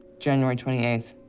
january twenty eighth.